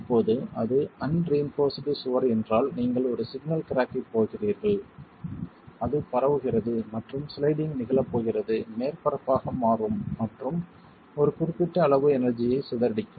இப்போது அது அன்ரிஇன்போர்ஸ்டு சுவர் என்றால் நீங்கள் ஒரு சிக்னல் கிராக்கைப் பெறப் போகிறீர்கள் அது பரவுகிறது மற்றும் ஸ்லைடிங் நிகழப்போகும் மேற்பரப்பாக மாறும் மற்றும் ஒரு குறிப்பிட்ட அளவு எனெர்ஜியைச் சிதறடிக்கும்